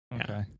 Okay